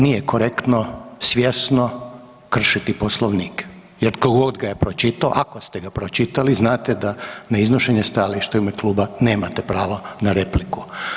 Nije korektno svjesno kršiti Poslovnik jer tko god ga je pročitao, ako ste ga pročitali, znate da na iznošenje stajališta u ime kluba nemate pravo na repliku.